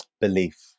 belief